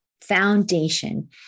foundation